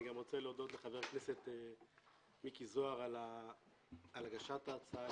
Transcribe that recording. אני גם רוצה להודות לחבר הכנסת מיקי זוהר על הגשת ההצעה.